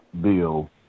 bill